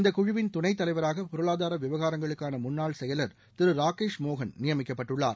இந்தக் குழுவின் துணைத்தலைவராக பொருளாதார விவகாரங்களுக்கான முன்னாள் செயல் திரு ராகேஷ் மோகன் நியமிக்கப்பட்டுள்ளார்